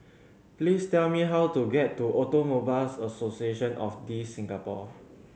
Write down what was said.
please tell me how to get to Automobile Association of The Singapore